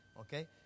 Okay